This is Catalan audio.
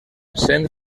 sent